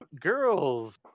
girls